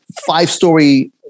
five-story